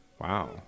Wow